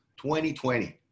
2020